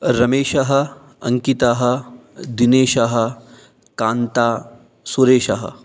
रमेशः अङ्कितः दिनेशः कान्ता सुरेशः